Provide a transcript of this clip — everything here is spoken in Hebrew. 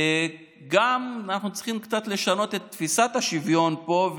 אנחנו גם צריכים לשנות קצת את תפיסת השוויון פה,